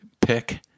pick